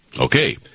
Okay